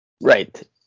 Right